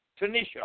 Tanisha